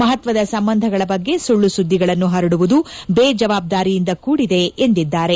ಮಹತ್ವದ ಸಂಬಂಧಗಳ ಬಗ್ಗೆ ಸುಳ್ಳು ಸುದ್ದಿಗಳನ್ನು ಹರಡುವುದು ಬೇಜಾವಬ್ದಾರಿಯಿಂದ ಕೂಡಿದೆ ಎಂದಿದ್ದಾರೆ